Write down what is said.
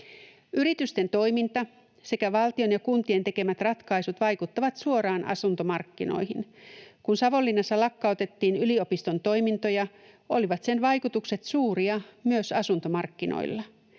Yritysten toiminta sekä valtion ja kuntien tekemät ratkaisut vaikuttavat suoraan asuntomarkkinoihin. Kun Savonlinnassa lakkautettiin yliopiston toimintoja, olivat sen vaikutukset suuria myös asuntomarkkinoilla.